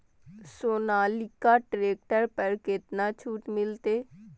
Sonalika tractor पर केतना छूट मिलते?